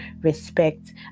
respect